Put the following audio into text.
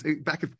back